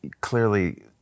clearly